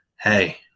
hey